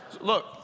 Look